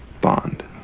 bond